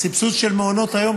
הסבסוד של מעונות היום,